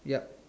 yup